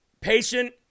patient